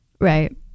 Right